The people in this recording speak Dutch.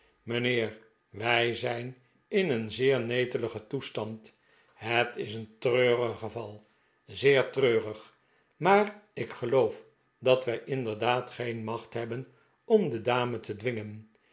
mijnheer wij zijn in een zeer neteligen toestand het is een treurig geval zeer treurig maar ik geloof dat wij inderdaad geen macht hebben om de dame te dwingen